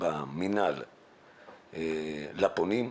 במינהל לפונים.